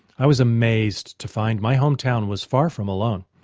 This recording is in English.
i was amazed to find my hometown was far from alone.